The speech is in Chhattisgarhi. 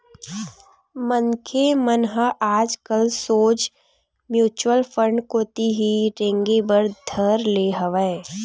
मनखे मन ह आजकल सोझ म्युचुअल फंड कोती ही रेंगे बर धर ले हवय